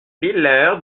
leur